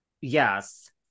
Yes